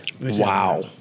Wow